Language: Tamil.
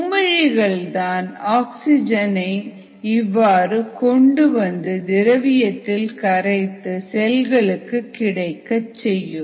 குமிழிகள் தான் ஆக்சிஜனை இவ்வாறு கொண்டுவந்து திரவியத்தில் கரைத்து செல்களுக்கு கிடைக்கச்செய்யும்